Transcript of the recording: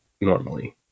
normally